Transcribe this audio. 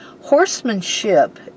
horsemanship